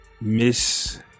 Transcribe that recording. Miss